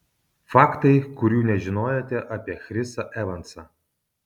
faktai kurių nežinojote apie chrisą evansą